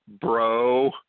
bro